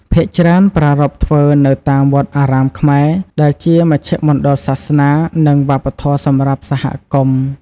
ភាគច្រើនប្រារព្ធធ្វើនៅតាម វត្តអារាមខ្មែរ ដែលជាមជ្ឈមណ្ឌលសាសនា និងវប្បធម៌សម្រាប់សហគមន៍។